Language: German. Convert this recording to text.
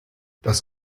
das